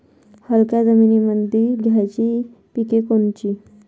हलक्या जमीनीमंदी घ्यायची पिके कोनची?